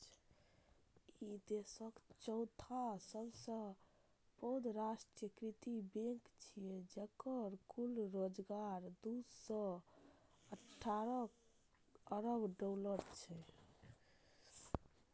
ई देशक चौथा सबसं पैघ राष्ट्रीयकृत बैंक छियै, जेकर कुल कारोबार दू सय अठारह अरब डॉलर छै